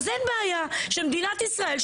אין בעיה שמדינת ישראל,